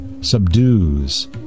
subdues